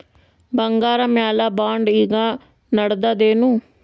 ಬಂಗಾರ ಮ್ಯಾಲ ಬಾಂಡ್ ಈಗ ನಡದದೇನು?